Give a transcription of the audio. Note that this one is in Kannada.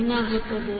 ಏನಾಗುತ್ತದೆ